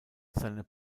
seine